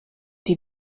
die